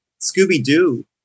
Scooby-Doo